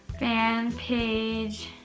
fan page